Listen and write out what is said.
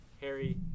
Harry